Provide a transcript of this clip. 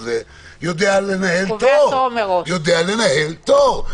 יודע לנהל תור.